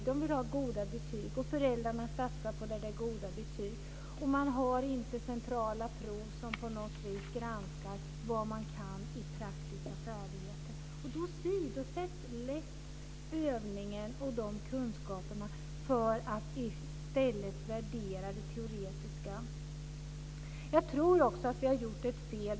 De vill ha goda betyg, och föräldrarna satsar på att det ska bli goda betyg. Man har inte centrala prov som på något vis granskar vad man har för praktiska färdigheter. Och då åsidosätts lätt övningen och de kunskaperna. I stället värderas det teoretiska. Jag tror också att vi har gjort ett fel.